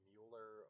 Mueller